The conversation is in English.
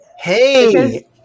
Hey